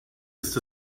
ist